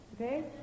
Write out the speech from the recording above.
okay